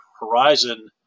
Horizon